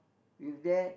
with that